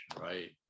right